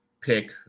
pick